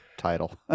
title